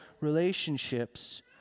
relationships